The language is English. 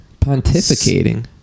pontificating